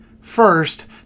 first